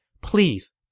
Please